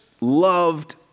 loved